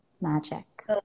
magic